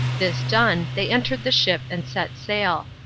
this done, they entered the ship and set sail.